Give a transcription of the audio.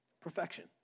Perfection